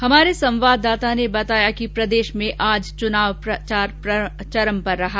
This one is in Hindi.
हमारे संवाददाता ने बताया कि प्रदेश में आज चूनाव प्रचार चरम पर रहा